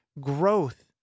growth